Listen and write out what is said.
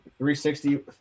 360